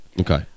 Okay